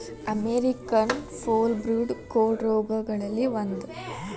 American foulbrood ಕೋಡ ರೋಗಗಳಲ್ಲಿ ಒಂದ